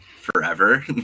forever